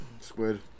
Squid